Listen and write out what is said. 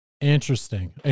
Interesting